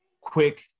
quick